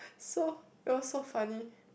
so it was so funny